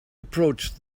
approached